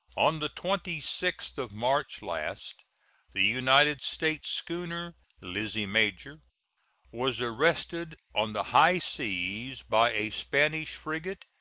on the twenty sixth of march last the united states schooner lizzie major was arrested on the high seas by a spanish frigate,